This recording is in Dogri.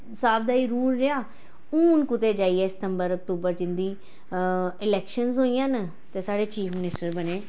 साह्ब दा ही रूल रेहा हून कुतै जाइयै सितंबर अक्तुबर च इंदी इलैक्शनस होइयां न ते साढ़े चीफ मनिस्टर बने